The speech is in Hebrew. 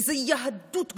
איזו יהדות גדולה,